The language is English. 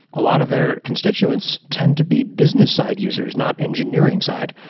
a lot of their constituents tend to be business side users, not engineering side.